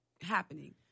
happening